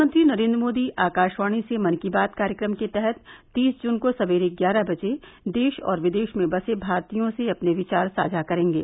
प्रधानमंत्री नरेन्द्र मोदी आकाशवाणी से मन की बात कार्यक्रम के तहत तीस जून को सवेरे ग्यारह बजे देश और विदेश में बसे भारतीयों से अपने विचार साझा करेंगे